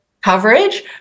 coverage